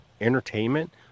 entertainment